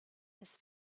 his